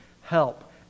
help